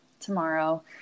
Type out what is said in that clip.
tomorrow